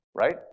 Right